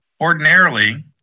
Ordinarily